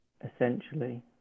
essentially